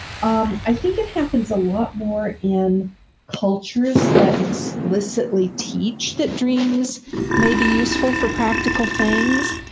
um i think it happens a lot more in cultures that explicitly teach that dreams may be useful for practical things,